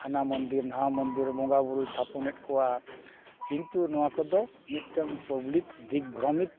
ᱦᱟᱱᱟ ᱢᱚᱱᱫᱤᱨ ᱱᱚᱣᱟ ᱢᱚᱱᱫᱤᱨ ᱵᱚᱸᱜᱟᱼᱵᱩᱨᱩᱭ ᱛᱷᱟᱯᱚᱱᱮᱫ ᱠᱚᱣᱟ ᱠᱤᱱᱛᱩ ᱱᱚᱣᱟ ᱠᱚᱫᱚ ᱢᱤᱫᱴᱟᱱ ᱯᱟᱵᱽᱞᱤᱠ ᱫᱤᱠ ᱵᱷᱨᱚᱢᱤᱠ